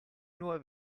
nur